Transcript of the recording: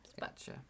gotcha